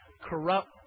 corrupt